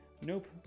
nope